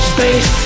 Space